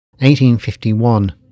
1851